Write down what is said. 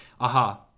aha